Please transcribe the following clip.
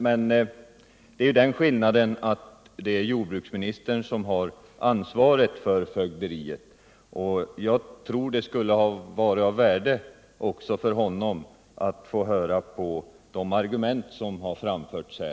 Skillnaden är den att det är jordbruksministern som har ansvaret för fögderiet. Jag tror att det skulle ha varit av värde för jordbruksministern att få höra de argument som här framförts.